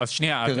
הפדיון של